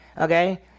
Okay